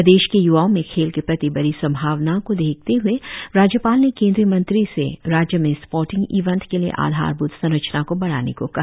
प्रदेश के य्वाओ में खेल के प्रति बड़ी संभावना को देखते हए राज्यपाल ने केंद्रीय मंत्री से राज्य में स्पोर्टिंग इवेंट के लिए आधार भूत संरचना को बढ़ाने को कहा